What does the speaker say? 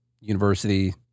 university